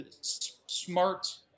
smart